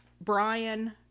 Brian